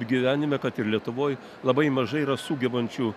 gyvenime kad ir lietuvoj labai mažai yra sugebančių